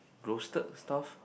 roasted stuff